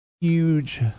huge